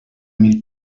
mil